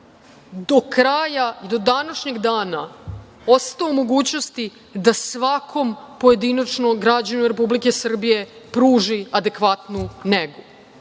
do kraja, i do današnjeg dana ostao u mogućnosti da svakom pojedinačnom građaninu Republike Srbije pruži adekvatnu negu.